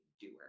doer